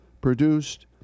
produced